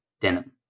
denim